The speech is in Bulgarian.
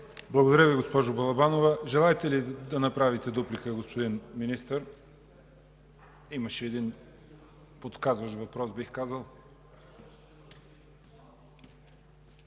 Благодаря Ви, госпожо Балабанова. Желаете ли да направите дуплика, господин Министър? Имаше един – подсказващ въпрос, бих казал.